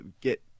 get